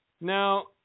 Now